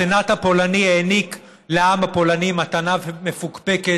הסנאט הפולני העניק לעם הפולני מתנה מפוקפקת.